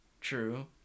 True